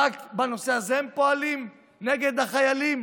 רק בנושא הזה הם פועלים נגד החיילים?